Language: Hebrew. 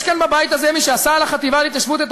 יש כאן בבית הזה מי שעשה על החטיבה להתיישבות את